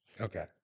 Okay